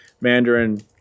Mandarin